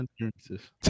experiences